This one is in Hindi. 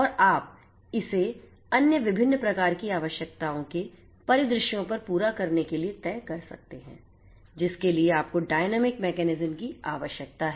और आप इसे अन्य विभिन्न प्रकार की आवश्यकताओं के परिदृश्यों पर पूरा करने के लिए तय कर सकते हैं जिसके लिए आपको डायनामिक मैकेनिज्म की आवश्यकता है